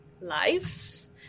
lives